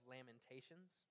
Lamentations